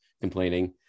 complaining